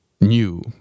new